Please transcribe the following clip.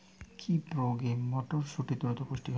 কি প্রয়োগে মটরসুটি দ্রুত পুষ্ট হবে?